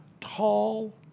tall